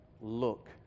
Look